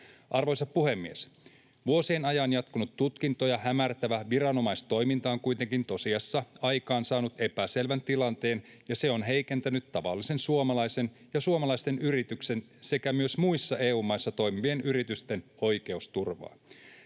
Arvoisa puhemies! Vuosien ajan jatkunut tutkintoja hämärtävä viranomaistoiminta on kuitenkin tosiasiassa aikaansaanut epäselvän tilanteen, ja se on heikentänyt tavallisen suomalaisen ja suomalaisten yritysten sekä myös muissa EU-maissa toimivien yritysten oi- keusturvaa.